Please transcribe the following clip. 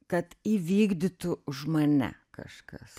kad įvykdytų už mane kažkas